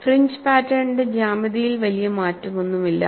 fringe പാറ്റേണിന്റെ ജ്യാമിതിയിൽ വലിയ മാറ്റമൊന്നുമില്ല